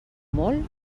molt